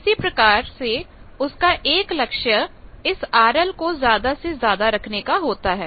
इसी प्रकार से उसका एक लक्ष्य इस RL को ज्यादा से ज्यादा रखने का होता है